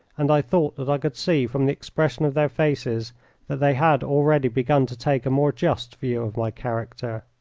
and i thought that i could see from the expression of their faces that they had already begun to take a more just view of my character.